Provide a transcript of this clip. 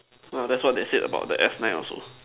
what that's what they said about the F nine also